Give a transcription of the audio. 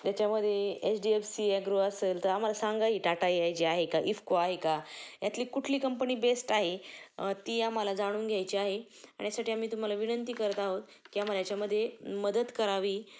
त्याच्यामध्ये H D F C agro असेल तर आम्हाला सांगा ही टाटा ए आय जी आहे का इफको आहे का यातली कुठली कंपनी बेस्ट आहे ती आम्हाला जाणून घ्यायची आहे आणि यासाठी आम्ही तुम्हाला विनंती करत आहोत की आम्हाला याच्यामध्ये मदत करावी